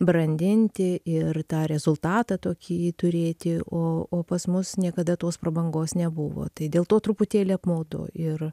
brandinti ir tą rezultatą tokį turėti o o pas mus niekada tos prabangos nebuvo tai dėl to truputėlį apmaudu ir